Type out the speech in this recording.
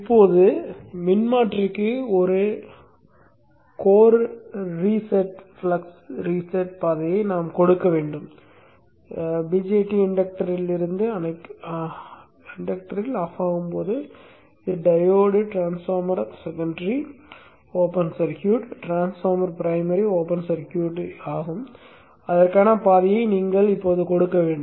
இப்போது மின்மாற்றிக்கு ஒரு கோர் ரீசெட் ஃப்ளக்ஸ் ரீசெட் பாதையை நாம் கொடுக்க வேண்டும் பிஜேடி இண்டக்டரில் இருந்து அணைக்கப்படும் போது இந்த diode of transformer secondary open circuited transformer primary open circuited ஆகும் அதற்கான பாதையை நீங்கள் இப்போது கொடுக்க வேண்டும்